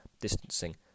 distancing